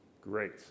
Great